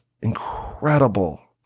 incredible